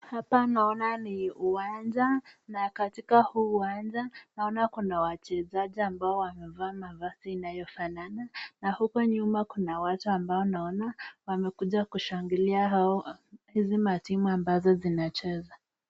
Uwanja na kuna wachezaji ambao wamevaa mavazi inayofanana na huko nyuma kuna watu ambao wamekuja kushangilia hizi matimu ambazo zinacheza.